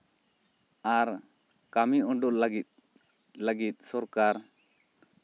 ᱟᱨ ᱠᱟᱹᱢᱤ ᱩᱰᱩᱜ ᱞᱟᱹᱜᱤᱫ ᱥᱚᱨᱠᱟᱨ